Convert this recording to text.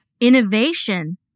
innovation